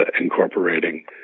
incorporating